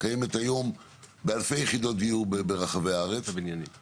היא נמצאת היום באלפי יחידות דיור ברחבי הארץ,